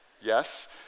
Yes